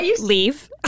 leave